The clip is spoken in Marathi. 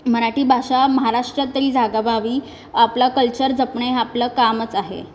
मराठी भाषा महाराष्ट्रात तरी जागावावी आपलं कल्चर जपणे हे आपलं कामच आहे